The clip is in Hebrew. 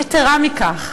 יתרה מכך,